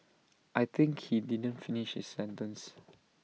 I think he didn't finish his sentence